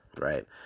right